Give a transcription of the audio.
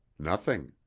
nothing.